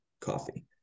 coffee